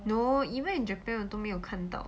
no even in japan on 都没有看到